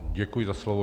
Děkuji za slovo.